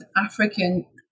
African